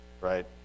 right